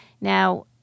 Now